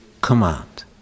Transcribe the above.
command